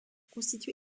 constitué